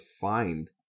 find